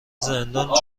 زندان